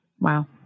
wow